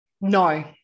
no